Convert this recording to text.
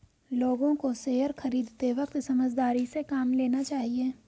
लोगों को शेयर खरीदते वक्त समझदारी से काम लेना चाहिए